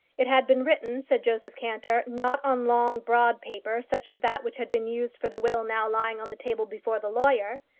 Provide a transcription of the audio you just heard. it had been written, said joseph cantor, not on long, broad paper such as that which had been used for the will now lying on the table before the lawyer,